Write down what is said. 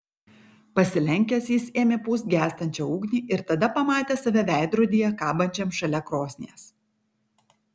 pasilenkęs jis ėmė pūst gęstančią ugnį ir tada pamatė save veidrodyje kabančiam šalia krosnies